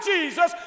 Jesus